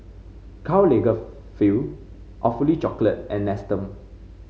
Karl Lagerfeld Awfully Chocolate and Nestum